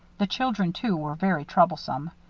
the children, too, were very troublesome.